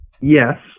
Yes